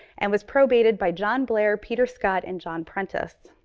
and was probated by john blair, peter scott and john prentis.